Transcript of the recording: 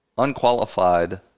unqualified